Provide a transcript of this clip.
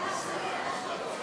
ההצעה להסיר מסדר-היום את הצעת חוק